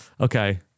okay